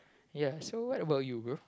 ya so what about you bro